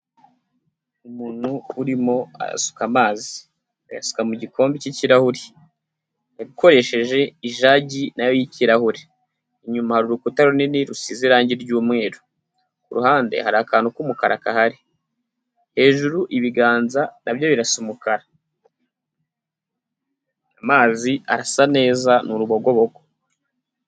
Umuntu urimo arasuka amazi, arayasuka mu gikombe cy'kirahure, akoresheje ijagi nayo y'ikirahure, inyuma hari urukuta runini rusize irangi ry'umweru, ku ruhande hari akantu k'umukara gahari, hejuru ibiganza nabyo birasa umukara ,amazi arasa neza ni urubogobogo.